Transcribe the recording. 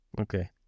okay